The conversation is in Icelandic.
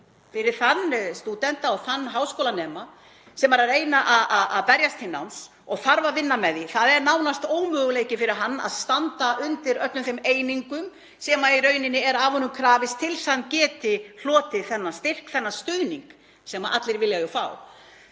fyrir þann stúdent og þann háskólanema sem er að reyna að berjast til náms og þarf að vinna með því. Það er nánast ómöguleiki fyrir hann að standa undir öllum þeim einingum sem er af honum krafist til þess að hann geti hlotið þennan styrk, þennan stuðning sem allir vilja jú fá.